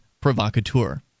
Provocateur